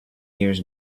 years